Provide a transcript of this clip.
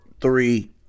three